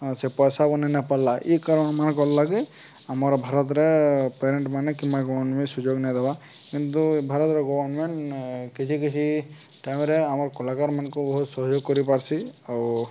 ଆଉ ସେ ପଇସା ବନେଇ ନାଇପାର୍ଲା ଇ କାରଣ୍ ମାନ୍ଙ୍କର୍ ମାନେ ଗଲା କି ଆମର୍ ଭାରତ୍ରେ ପେରେଣ୍ଟ୍ସ୍ ମାନେ କିମ୍ବା ସୁଯୋଗ୍ ନେଇଦେବାର୍ କିନ୍ତୁ ଭାରତ୍ର ଗଭ୍ମେଣ୍ଟ୍ କିଛି କିଛି ଟାଇମ୍ରେ ଆମର୍ କଳାକାର୍ମାନ୍ଙ୍କୁ ବହୁତ୍ ସହଯୋଗ୍ କରିପାର୍ସି ଆଉ